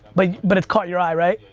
but but it's caught your eye, right?